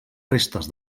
restes